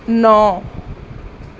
ਨੌ